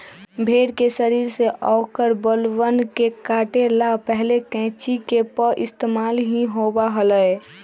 भेड़ के शरीर से औकर बलवन के काटे ला पहले कैंची के पइस्तेमाल ही होबा हलय